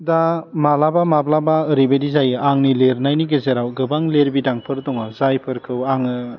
दा मालाबा माब्लाबा ओरैबायदि जायो आंनि लिरनायनि गेजेराव गोबां लिरबिदांफोर दङ जायफोरखौ आङो